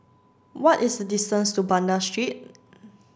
what is the distance to Banda Street